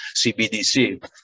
CBDC